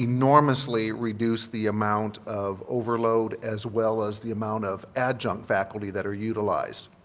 enormously reduce the amount of overload as well as the amount of adjunct faculty that are utilized.